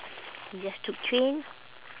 you have to train